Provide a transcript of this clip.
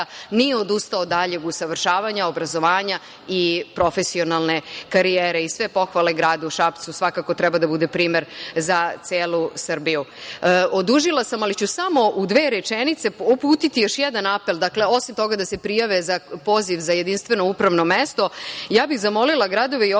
nije odustao od daljeg usavršavanja, obrazovanja i profesionalne karijere. Sve pohvale gradu Šapcu, svakako treba da bude primer za celu Srbiju. Odužila sam, ali ću samo u dve rečenice uputiti još jedan apel. Dakle, osim toga da se prijave za poziv za jedinstveno upravno mesto, ja bih zamolila gradove i opštine